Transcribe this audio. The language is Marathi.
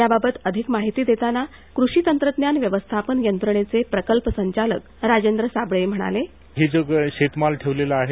याबाबत अधिक माहिती देताना कृषि तंत्रज्ञान व्यवस्थापन यंत्रणेचे प्रकल्प संचालक राजेंद्र साबळे म्हणाले हा जो शेतमाल ठेवलेला आहे